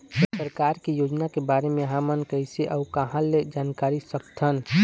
सरकार के योजना के बारे म हमन कैसे अऊ कहां ल जानकारी सकथन?